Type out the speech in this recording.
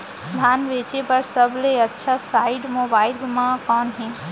धान बेचे बर सबले अच्छा साइट मोबाइल म कोन हे?